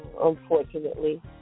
unfortunately